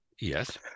Yes